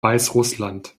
weißrussland